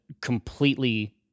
completely